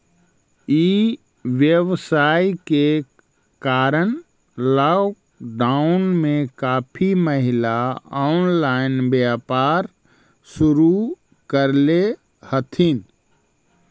ई व्यवसाय के कारण लॉकडाउन में काफी महिला ऑनलाइन व्यापार शुरू करले हथिन